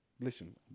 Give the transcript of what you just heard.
Listen